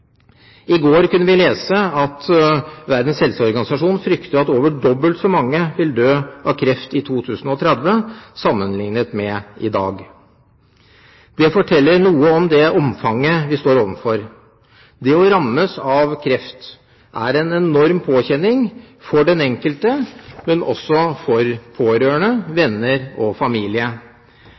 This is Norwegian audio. I går kunne vi lese at Verdens helseorganisasjon frykter at over dobbelt så mange vil dø av kreft i 2030 sammenlignet med i dag. Dette forteller noe om det omfanget vi står overfor. Det å rammes av kreft er en enorm påkjenning for den enkelte, men også for pårørende, venner og familie.